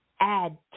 add